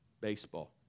baseball